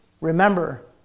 remember